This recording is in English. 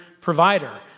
provider